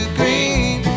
green